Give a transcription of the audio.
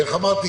איך אמרתי?